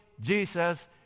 Jesus